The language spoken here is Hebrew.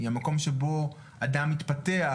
היא המקום שבו אדם מתפתח,